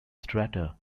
strata